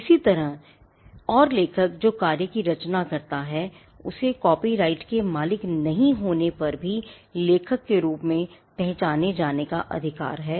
इसी तरह और लेखक जो कार्य की रचना करता है उसे कॉपीराइट के मालिक नहीं होने पर भी लेखक के रूप में पहचाने जाने का अधिकार है